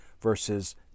versus